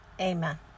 Amen